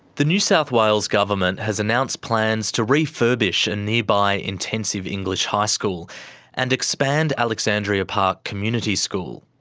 the new south wales government has announced plans to refurbish a nearby intensive english high school and expand alexandria park community school,